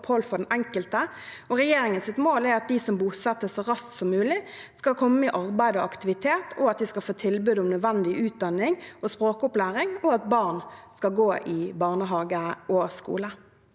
godt opphold for den enkelte. Regjeringens mål er at de som bosettes, så raskt som mulig skal komme i arbeid og aktivitet, at de skal få tilbud om nødvendig utdanning og språkopplæring, og at barn skal gå i barnehage og skole.